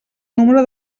número